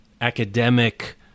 academic